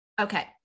Okay